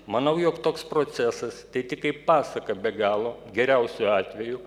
manau jog toks procesas tai tik kaip pasaka be galo geriausiu atveju